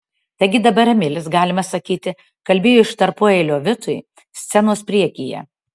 taigi dabar emilis galima sakyti kalbėjo iš tarpueilio vitui scenos priekyje